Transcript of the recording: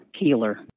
Keeler